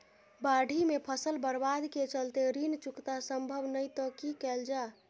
बाढि में फसल बर्बाद के चलते ऋण चुकता सम्भव नय त की कैल जा?